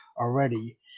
already